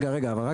רגע, רגע, אבל רק